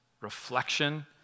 reflection